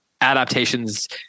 adaptations